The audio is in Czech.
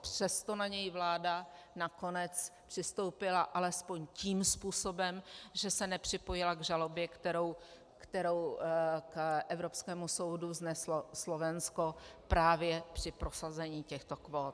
Přesto na něj vláda nakonec přistoupila alespoň tím způsobem, že se nepřipojila k žalobě, kterou k evropskému soudu vzneslo Slovensko právě při prosazení těchto kvót.